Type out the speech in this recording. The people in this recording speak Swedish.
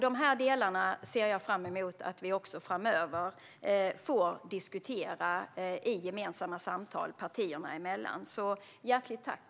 Dessa delar ser jag fram emot att vi, partierna emellan, också framöver får diskutera i gemensamma samtal.